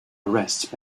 arrest